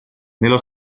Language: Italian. nello